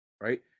right